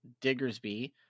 Diggersby